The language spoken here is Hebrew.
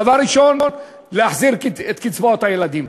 דבר ראשון, להחזיר את קצבאות הילדים.